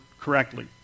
correctly